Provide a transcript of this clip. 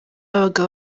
babaga